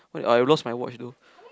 wait I lost my watch though